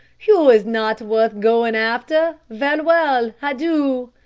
you is not worth goin' after. varewell adieu.